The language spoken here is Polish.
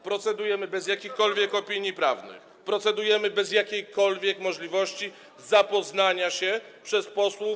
Procedujemy bez jakichkolwiek opinii prawnych, procedujemy bez jakiejkolwiek możliwości zapoznania się przez posłów.